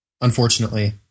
Unfortunately